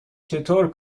چطور